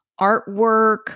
artwork